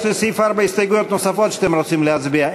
האם יש לסעיף 4 הסתייגויות נוספות שאתם רוצים להציע?